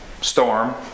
storm